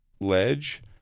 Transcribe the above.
ledge